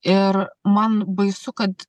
ir man baisu kad